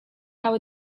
how